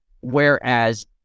whereas